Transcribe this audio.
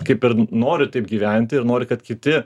kaip ir noriu taip gyventi ir nori kad kiti